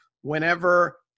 whenever